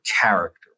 character